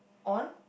on